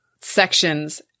sections